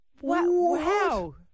wow